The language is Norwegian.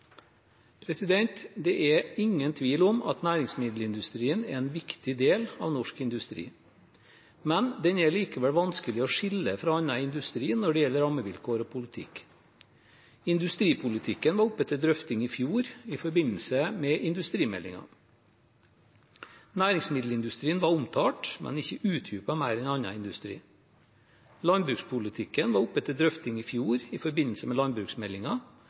Det er ingen tvil om at næringsmiddelindustrien er en viktig del av norsk industri. Den er likevel vanskelig å skille fra annen industri når det gjelder rammevilkår og politikk. Industripolitikken var oppe til drøfting i fjor i forbindelse med industrimeldingen. Næringsmiddelindustrien var omtalt, men ikke utdypet mer enn annen industri. Landbrukspolitikken var oppe til drøfting i fjor i forbindelse med